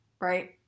right